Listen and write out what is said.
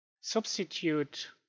substitute